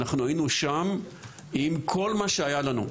אנחנו היינו שם עם כל מה שהיה לנו.